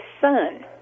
son